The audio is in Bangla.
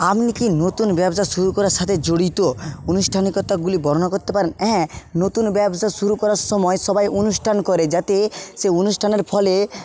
আমনি কি নতুন ব্যবসা শুরু করার সাথে জড়িত অনুষ্ঠানিকতাগুলি বর্ণনা কত্তে পারেন হ্যাঁ নতুন ব্যবসা শুরু করার সময় সবাই অনুষ্ঠান করে যাতে সে অনুষ্ঠানের ফলে